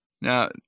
Now